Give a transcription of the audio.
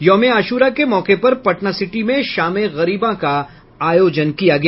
यौम ए आश्रा के मौके पर पटना सिटी में शाम ए गरीबां का आयोजन किया गया